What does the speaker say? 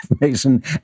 Mason